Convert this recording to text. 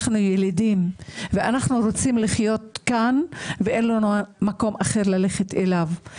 אנחנו ילידים ואנחנו רוצים לחיות כאן ואין לנו מקום אחר ללכת אליו.